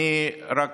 אני רק